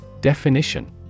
Definition